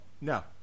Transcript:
no